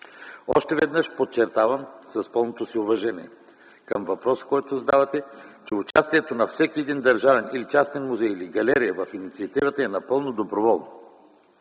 Още веднъж подчертавам с пълното си уважение към въпроса, който задавате, че участието на всеки един държавен или частен музей или галерия в инициативата е напълно доброволно.